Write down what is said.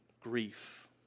grief